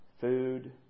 food